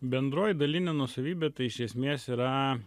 bendroji dalinė nuosavybė tai iš esmės yra